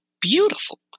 beautiful